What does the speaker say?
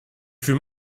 fut